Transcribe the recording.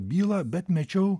bylą bet mečiau